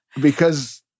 because-